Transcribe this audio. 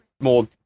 more